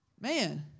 Man